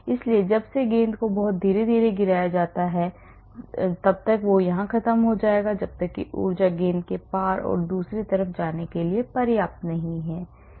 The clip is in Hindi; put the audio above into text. इसलिए जब से गेंद को बहुत धीरे धीरे गिराया जाता है यह तब तक यहां खत्म हो जाएगा जब तक कि ऊर्जा गेंद के पार और दूसरी तरफ जाने के लिए पर्याप्त नहीं है